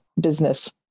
business